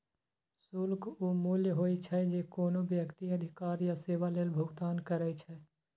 शुल्क ऊ मूल्य होइ छै, जे कोनो व्यक्ति अधिकार या सेवा लेल भुगतान करै छै